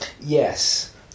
yes